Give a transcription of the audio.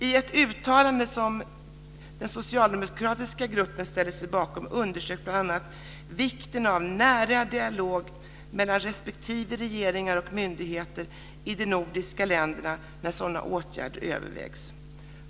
I ett uttalande som den socialdemokratiska gruppen ställde sig bakom underströks bl.a. vikten av en nära dialog mellan respektive regeringar och myndigheter i de nordiska länderna när sådana åtgärder övervägs.